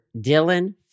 Dylan